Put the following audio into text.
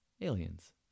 aliens